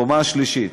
הקומה השלישית.